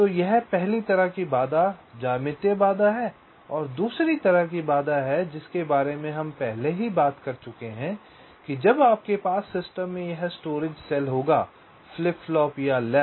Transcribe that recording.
तो यह पहली तरह की बाधा ज्यामितीय बाधा और दूसरी तरह की बाधा है जिसके बारे में हम पहले ही बात कर चुके हैं कि जब आपके पास सिस्टम में यह स्टोरेज सेल होगा फ्लिप फ्लॉप या लैच